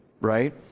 right